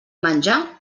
menjar